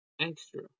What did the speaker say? extra